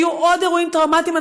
היו עוד אירועים טראומטיים,